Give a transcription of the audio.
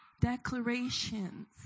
declarations